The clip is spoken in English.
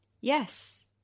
Yes